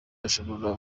ashobora